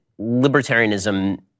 libertarianism